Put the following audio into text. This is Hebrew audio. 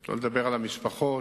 שלא לדבר על המשפחות.